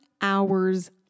hours